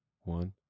one